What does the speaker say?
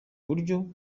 buryo